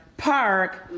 park